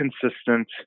consistent